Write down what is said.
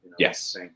Yes